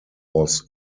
was